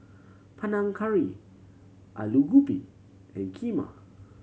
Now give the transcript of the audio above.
Panang Curry Alu Gobi and Kheema